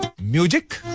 Music